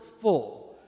full